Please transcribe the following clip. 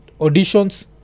auditions